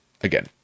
Again